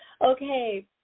Okay